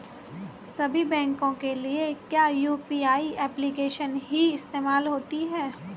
सभी बैंकों के लिए क्या यू.पी.आई एप्लिकेशन ही इस्तेमाल होती है?